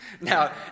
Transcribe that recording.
Now